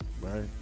right